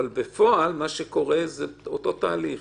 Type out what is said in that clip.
בפועל מה שקורה זה אותו תהליך,